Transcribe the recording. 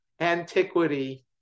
antiquity